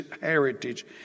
heritage